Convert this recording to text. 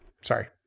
sorry